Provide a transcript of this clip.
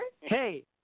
Hey